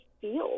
feel